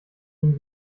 ihn